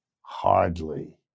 Hardly